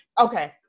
Okay